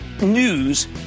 news